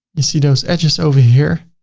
you see those edges over here,